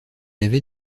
avait